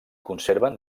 conserven